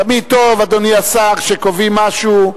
תמיד טוב, אדוני השר, כשקובעים משהו,